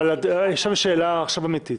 אבל יש לנו עכשיו שאלה אמיתית.